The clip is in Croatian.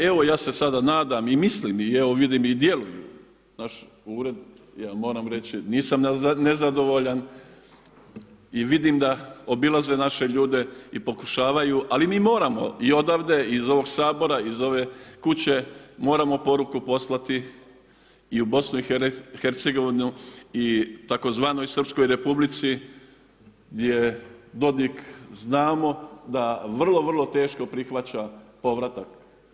Evo ja se sada nadam i mislim i evo vidim i djeluju, naš ured, ja moram reći, nisam nezadovoljan i vidim da obilaze naše ljude i pokušavaju ali mi moramo i odavde i iz ovog Sabora i iz ove kuće moramo poruku poslati i u BiH i tzv. Srpskoj Republici gdje Dodig znamo da vrlo, vrlo teško prihvaća povratak.